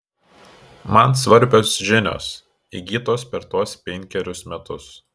man svarbios žinios įgytos per tuos penkerius metus